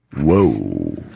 Whoa